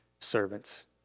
servants